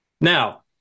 Now